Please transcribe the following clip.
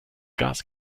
gas